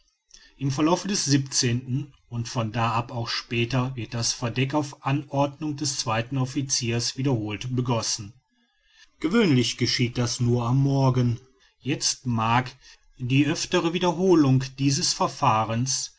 im verlaufe des und von da ab auch später wird das verdeck auf anordnung des zweiten officiers wiederholt begossen gewöhnlich geschieht das nur am morgen jetzt mag die öftere wiederholung dieses verfahrens